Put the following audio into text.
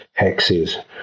hexes